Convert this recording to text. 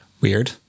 Weird